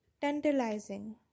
tantalizing